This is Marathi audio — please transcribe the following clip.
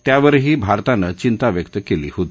त्यावरही भारतानं चिंता व्यक्त कली होती